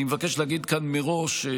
אני מבקש להגיד כאן מראש,